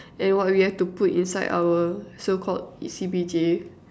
and what we have to put inside our so called C_P_J